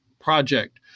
project